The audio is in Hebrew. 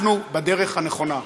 אנחנו בדרך הנכונה.